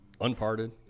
unparted